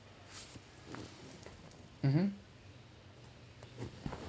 mmhmm